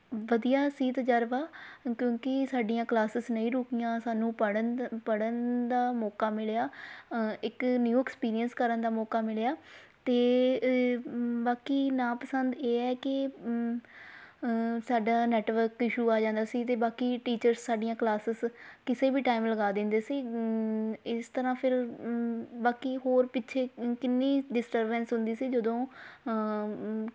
ਵਧੀਆ ਸੀ ਤਜ਼ਰਬਾ ਕਿਉਂਕਿ ਸਾਡੀਆਂ ਕਲਾਸਿਸ ਨਹੀਂ ਰੁਕੀਆਂ ਸਾਨੂੰ ਪੜ੍ਹਨ ਦ ਪੜ੍ਹਨ ਦਾ ਮੌਕਾ ਮਿਲਿਆ ਇੱਕ ਨਿਊ ਐਕਸਪੀਰੀਅਸ ਕਰਨ ਦਾ ਮੌਕਾ ਮਿਲਿਆ ਅਤੇ ਬਾਕੀ ਨਾ ਪਸੰਦ ਇਹ ਹੈ ਕਿ ਸਾਡਾ ਨੈਟਵਰਕ ਇਸ਼ੂ ਆ ਜਾਂਦਾ ਸੀ ਅਤੇ ਬਾਕੀ ਟੀਚਰਸ ਸਾਡੀਆਂ ਕਲਾਸਿਸ ਕਿਸੇ ਵੀ ਟਾਈਮ ਲਗਾ ਦਿੰਦੇ ਸੀ ਇਸ ਤਰ੍ਹਾਂ ਫਿਰ ਬਾਕੀ ਹੋਰ ਪਿੱਛੇ ਕਿੰਨੀ ਡਿਸਟਰਬੈਂਸ ਹੁੰਦੀ ਸੀ ਜਦੋਂ